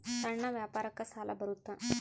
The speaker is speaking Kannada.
ಸಣ್ಣ ವ್ಯಾಪಾರಕ್ಕ ಸಾಲ ಬರುತ್ತಾ?